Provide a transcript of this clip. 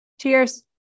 Cheers